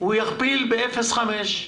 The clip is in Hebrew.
הוא יכפיל ב-0.5.